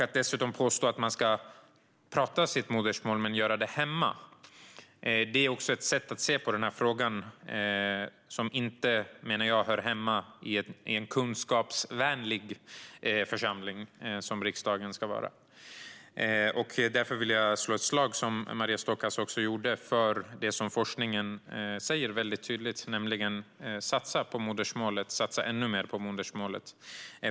Att dessutom påstå att man ska tala sitt modersmål men göra det hemma är ett sätt att se på frågan som jag menar inte hör hemma i en kunskapsvänlig församling, som riksdagen ska vara. Därför vill jag, som Maria Stockhaus gjorde, slå ett slag för det som forskningen tydligt säger, nämligen: Satsa på modersmålet, och satsa ännu mer på modersmålet!